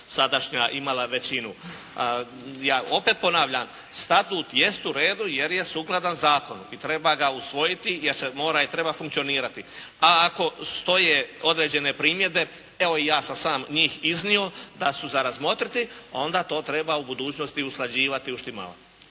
sadašnja imala većinu. Ja opet ponavljam Statu jest u redu jer je sukladan zakonu i treba ga usvojiti jer se mora i treba funkcionirati. A ako stoje određene primjedbe, evo ja sam i sam njih iznio da su za razmotriti. Onda to treba u budućnosti usklađivati, uštimavati.